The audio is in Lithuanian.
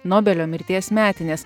nobelio mirties metinės